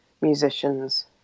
musicians